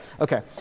okay